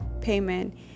payment